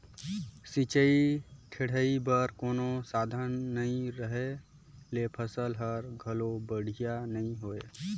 सिंचई टेड़ई बर कोनो साधन नई रहें ले फसल हर घलो बड़िहा नई होय